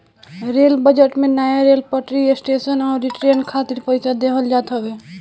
rail budget में नया rail पटरी, स्टेशन अउरी ट्रेन खातिर पईसा देहल जात हवे